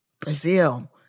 Brazil